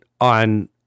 on